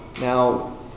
Now